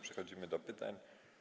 Przechodzimy do pytań.